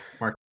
Mark